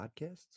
Podcasts